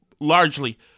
largely